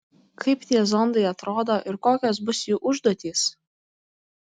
kaip tie zondai atrodo ir kokios bus jų užduotys